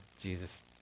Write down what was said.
Jesus